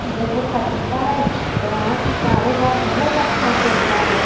جب وہ خریدتا ہے تو وہاں کی کاروبار بہت اچّھا چلتا ہے